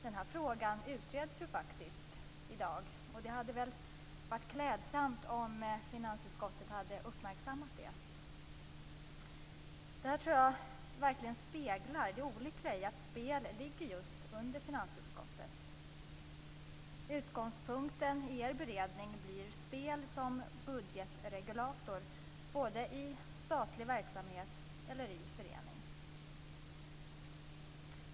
Den här frågan utreds ju faktiskt i dag. Det hade väl varit klädsamt om finansutskottet hade uppmärksammat det. Det här tror jag verkligen speglar det olyckliga i att spel ligger just under finansutskottet. Utgångspunkten i er beredning blir spel som budgetregulator både i statlig verksamhet och i förening.